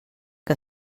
que